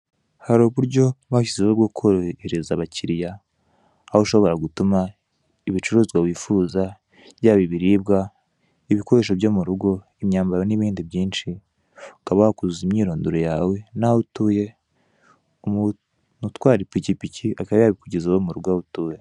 Hari uburyo bashyizeho bwo korohereza abakiriya. Aho ushobora gutuma ibicuruzwa wifuza, yaba ibiribwa, ibikoresho byo murugo, imyambaro na ibindi byinshi. Ukaba wakuzuza imyirondoro yawe naho utuye, umuntu utwara ipikipiki akaba yabikugezaho murugo aho utuye.